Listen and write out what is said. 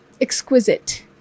exquisite